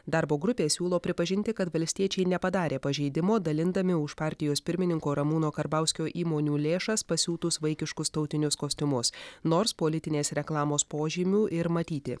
darbo grupė siūlo pripažinti kad valstiečiai nepadarė pažeidimo dalindami už partijos pirmininko ramūno karbauskio įmonių lėšas pasiūtus vaikiškus tautinius kostiumus nors politinės reklamos požymių ir matyti